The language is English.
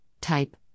type